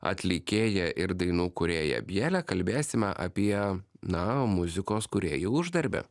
atlikėja ir dainų kūrėja bjele kalbėsime apie na muzikos kūrėjų uždarbį